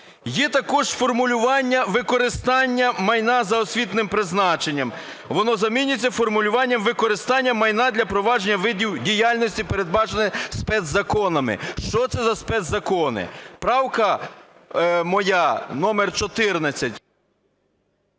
Є також формулювання "використання майна за освітнім призначенням". Воно заміниться формулюванням "використання майна для провадження видів діяльності, передбачених спецзаконами". Що це за спецзакони? Правка моя номер 14...